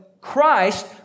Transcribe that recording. Christ